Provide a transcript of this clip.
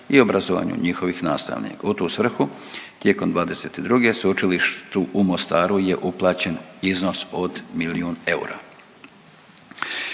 i obrazovanja njihovih nastavnika. U tu svrhu tijekom '22. Sveučilištu u Mostaru je uplaćen iznos od milion eura.